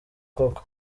koko